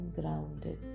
grounded